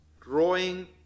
drawing